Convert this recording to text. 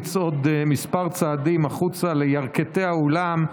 לצעוד כמה צעדים החוצה לירכתי האולם,